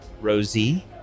Rosie